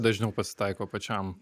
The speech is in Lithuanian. dažniau pasitaiko pačiam